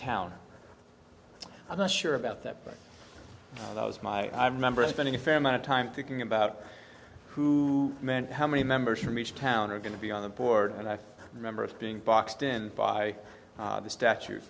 town i'm not sure about that but that was my i remember spending a fair amount of time thinking about who meant how many members from each town are going to be on the board and i remember being boxed in by the statu